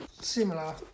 similar